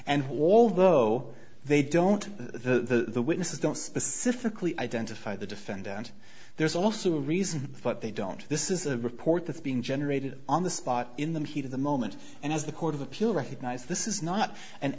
and although they don't the witnesses don't specifically identify the defendant there's also a reason but they don't this is a report that's being generated on the spot in the heat of the moment and as the court of appeal recognized this is not an